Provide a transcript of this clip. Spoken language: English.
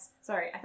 sorry